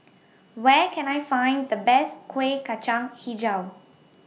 Where Can I Find The Best Kuih Kacang Hijau